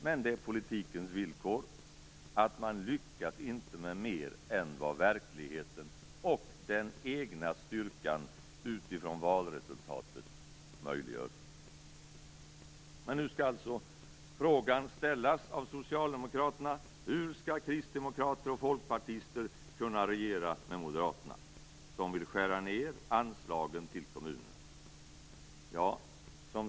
Men det är politikens villkor: Man lyckas inte med mer än vad verkligheten och den egna styrkan utifrån valresultatet möjliggör. Men nu skall alltså frågan ställas av socialdemokraterna: Hur skall kristdemokrater och folkpartister kunna regera med Moderaterna, som vill skära ned anslagen till kommunerna?